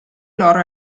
loro